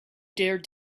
dared